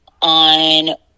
on